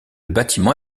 bâtiment